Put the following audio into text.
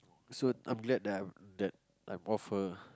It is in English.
so I'm glad that I that I'm off her